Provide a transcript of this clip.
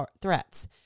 threats